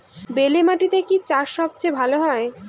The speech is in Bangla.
বেলে মাটিতে কি চাষ সবচেয়ে ভালো হয়?